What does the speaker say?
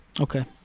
Okay